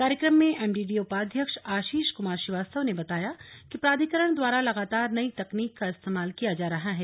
कार्यक्रम में एमडीडीए उपाध्यक्ष आशीष कुमार श्रीवास्तव ने बताया कि प्राधिकरण द्वारा लगातार नई तकनीक का इस्तेमाल किया जा रहा है